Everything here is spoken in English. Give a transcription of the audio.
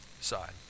side